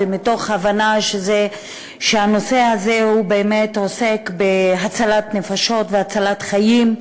מתוך הבנה שהנושא הזה באמת עוסק בהצלת נפשות והצלת חיים,